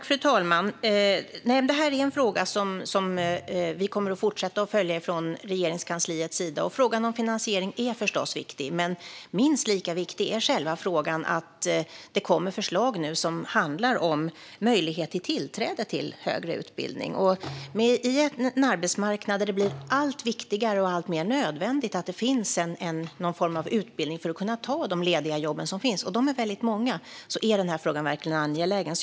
Fru talman! Detta är en fråga som vi kommer att fortsätta att följa från Regeringskansliets sida. Frågan om finansiering är förstås viktig, men minst lika viktig är själva frågan om att det nu kommer förslag som handlar om möjlighet till tillträde till högre utbildning. På en arbetsmarknad där det blir allt viktigare och alltmer nödvändigt att det finns någon form av utbildning för att kunna ta de lediga jobb som finns - och de är många - är frågan verkligen angelägen.